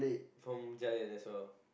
from Giant as well